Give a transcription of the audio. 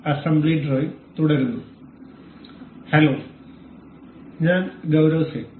assembly ഡ്രോയിംഗ്തുടരുന്നു hello ഞാൻ ഗൌരവ് സിംഗ്